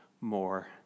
more